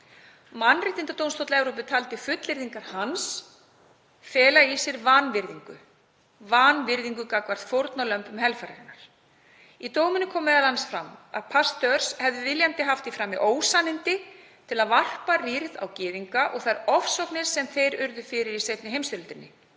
Mannréttindadómstóll Evrópu taldi fullyrðingar hans fela í sér vanvirðingu gagnvart fórnarlömbum helfararinnar. Í dóminum kom meðal annars fram að Pastörs hefði viljandi haft í frammi ósannindi til að varpa rýrð á gyðinga og þær ofsóknir sem þeir urðu fyrir í seinni heimsstyrjöldinni.